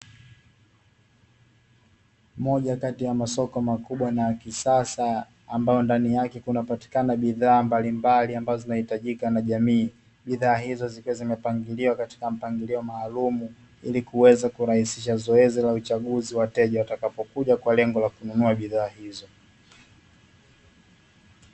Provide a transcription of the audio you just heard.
Moja kati ya masoko makubwa na kisasa ambao ndani yake kunapatikana bidhaa mbalimbali ambazo zinahitajika na jamii bidhaa hizo zikiwa zimepanguliwa katika mpangilio maalum ili kuweza kurahisisha zoezi la uchaguzi wateja watakapokuja kwa lengo la kununua bidhaa hizo